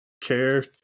care